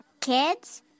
kids